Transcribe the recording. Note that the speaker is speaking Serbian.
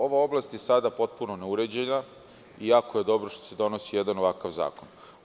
Ova oblast je sada potpuno neuređena i jako je dobro što se donosi jedan ovakav zakon.